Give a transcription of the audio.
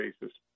basis